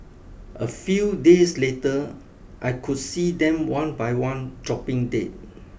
a few days later I could see them one by one dropping dead